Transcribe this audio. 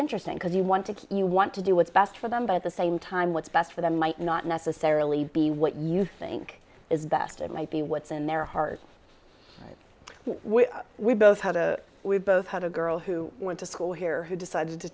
interesting because you want to you want to do what's best for them but at the same time what's best for them might not necessarily be what you think is best it might be what's in their heart which we both had a we both had a girl who went to school here who decided to